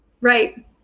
Right